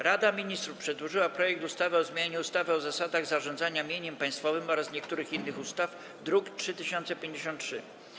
Rada Ministrów przedłożyła projekt ustawy o zmianie ustawy o zasadach zarządzania mieniem państwowym oraz niektórych innych ustaw, druk nr 3053.